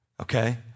Okay